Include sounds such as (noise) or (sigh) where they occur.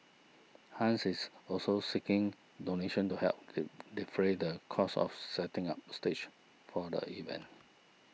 Hans is also seeking donations to help (unintelligible) defray the cost of setting up the stage for the event